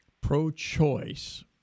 pro-choice